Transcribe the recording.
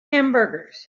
hamburgers